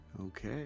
Okay